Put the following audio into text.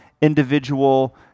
individual